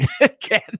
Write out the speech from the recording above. again